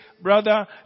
Brother